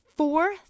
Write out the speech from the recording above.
Four